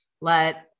let